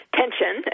tension